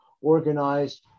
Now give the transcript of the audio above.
organized